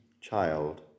child